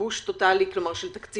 מייבוש טוטאלי של תקציבים.